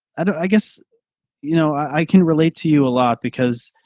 i guess you know, i i can relate to you a lot because